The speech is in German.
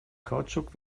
kautschuk